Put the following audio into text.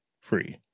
free